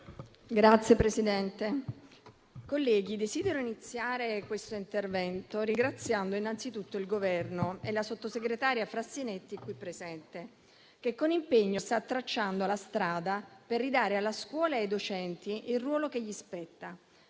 Signor Presidente, desidero iniziare questo intervento ringraziando innanzitutto il Governo e la sottosegretaria Frassinetti qui presente, che con impegno sta tracciando la strada per ridare alla scuola e ai docenti il ruolo che loro spetta,